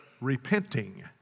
repenting